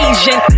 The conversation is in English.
Asian